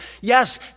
yes